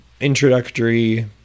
introductory